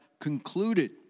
...concluded